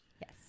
Yes